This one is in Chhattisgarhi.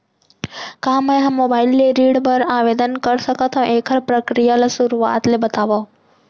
का मैं ह मोबाइल ले ऋण बर आवेदन कर सकथो, एखर प्रक्रिया ला शुरुआत ले बतावव?